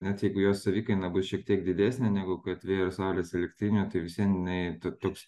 net jeigu jos savikaina bus šiek tiek didesnė negu kad vėjo ir saulės elektrinių tai vis vien jinai ta toks